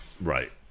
Right